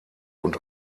und